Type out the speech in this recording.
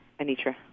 Anitra